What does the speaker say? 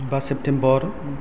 बा सेप्तेम्बर